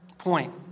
Point